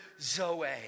zoe